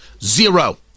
Zero